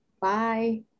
Bye